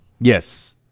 Yes